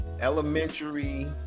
Elementary